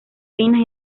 finas